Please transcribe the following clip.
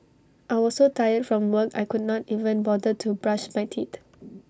I was so tired from work I could not even bother to brush my teeth